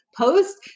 post